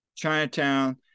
Chinatown